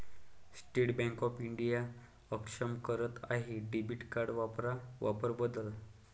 state Bank of India अक्षम करत आहे डेबिट कार्ड वापरा वापर बदल